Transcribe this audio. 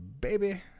Baby